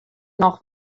noch